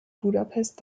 budapest